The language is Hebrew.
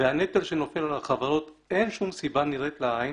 והנטל שנופל על החברות, אין שום סיבה נראית לעין